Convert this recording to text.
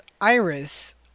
Iris